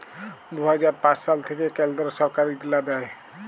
দু হাজার পাঁচ সাল থ্যাইকে কেলদ্র ছরকার ইগলা দেয়